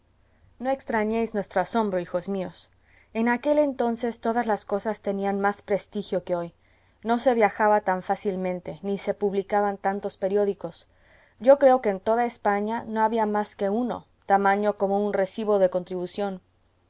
no extrañéis nuestro asombro hijos míos en aquel entonces todas las cosas tenían más prestigio que hoy no se viajaba tan fácilmente ni se publicaban tantos periódicos yo creo que en toda españa no había más que uno tamaño como un recibo de contribución